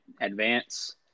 advance